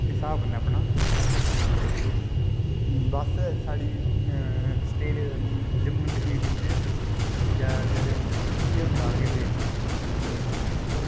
इस हिसाब कन्नैं अपनां सर्कल चलांदे ते बस साढ़ी स्टेट जम्मू ऐंड़ कश्मीर च जादातर इयै होंदा केह् आखदे